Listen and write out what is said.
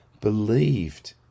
believed